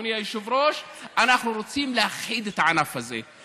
אדוני היושב-ראש, אנחנו רוצים להכחיד את הענף הזה.